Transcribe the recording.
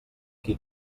qui